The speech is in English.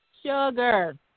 Sugar